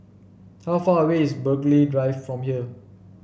how far away is Burghley Drive from here